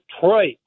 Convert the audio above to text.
Detroit